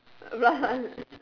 rough one